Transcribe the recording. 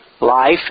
life